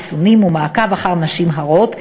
מתן חיסונים ומעקב אחר נשים הרות,